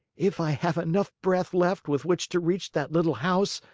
if i have enough breath left with which to reach that little house,